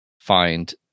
find